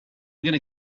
going